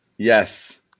Yes